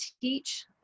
teach